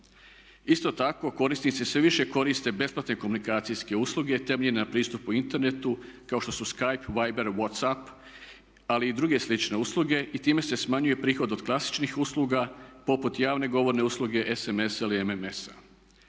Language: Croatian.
Isto tako korisnici sve više koriste besplatne komunikacijske usluge temeljene na pristupu internetu kao što su Skype, Viber, WhatsApp, ali i druge slične usluge i time se smanjuje prihod od klasičnih usluga poput javne govorne usluge, SMS ili MMS.